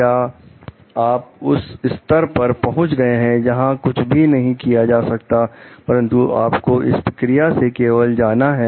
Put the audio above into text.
क्या आप उस स्तर पर पहुंच गए हैं जहां कुछ भी नहीं किया जा सकता परंतु आपको इस प्रक्रिया से केवल जाना है